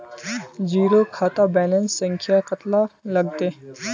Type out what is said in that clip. Zero खाता balance संख्या कतला लगते?